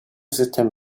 system